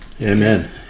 Amen